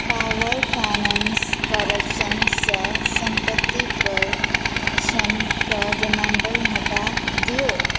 power finance करप्शनसँ संपत्ति पर कऽ रिमाइंडर हटा दियौ